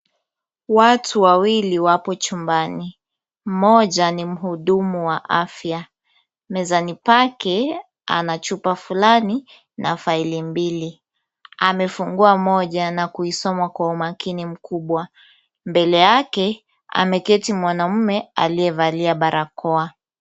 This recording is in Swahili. Watu wawili wapo chumbani. Mmoja ni mhudumu wa afya. Mezani pake ana chupa fulani na faili mbili. Amefungua moja na kuisoma kwa makini mkubwa. Mbele yake, ameketi mwanaume aliyevalia barakoa.